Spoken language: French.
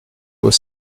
vos